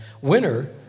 winner